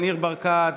ניר ברקת,